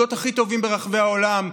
במוסדות הכי טובים ברחבי העולם,